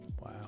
Wow